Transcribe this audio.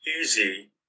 easy